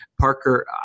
Parker